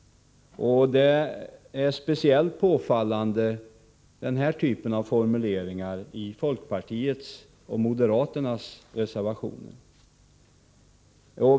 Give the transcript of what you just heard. Den sortens formulering är speciellt påfallande i folkpartiets och moderaternas reservationer.